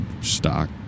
stock